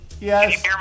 Yes